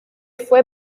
fue